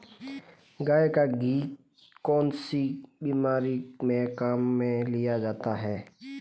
गाय का घी कौनसी बीमारी में काम में लिया जाता है?